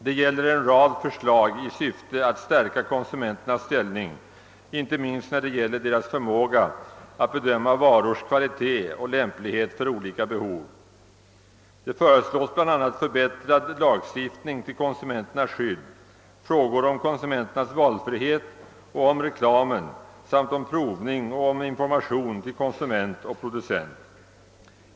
Det gäller en rad förslag i syfte att stärka konsumenternas ställning, icke minst när det gäller deras förmåga att bedöma varors kvalitet och lämplighet för olika behov. Det föreslås bl.a. förbättrad lagstiftning till konsumenternas skydd, upptagande av frågor om konsumenternas valfrihet och om reklam samt om provning och om information till konsument och producent.